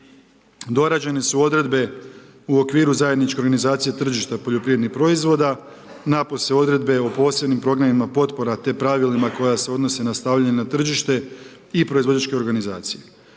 Dorađene su odredbe u okviru zajedničke organizacije tržišta poljoprivrednih proizvoda, napose odredbe o posebnim programima potpora te pravilima koja se odnose na stavljanje na tržište i proizvođačke organizacije.